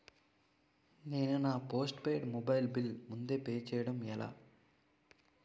నేను నా postpaid mobile bill ముందే పే చేయడం ఎలా?